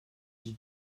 j’y